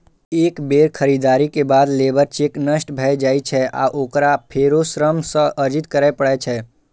एक बेर खरीदारी के बाद लेबर चेक नष्ट भए जाइ छै आ ओकरा फेरो श्रम सँ अर्जित करै पड़ै छै